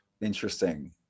Interesting